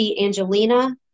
Angelina